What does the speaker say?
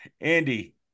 Andy